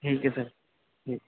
ٹھیک ہے سر جی